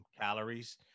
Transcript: calories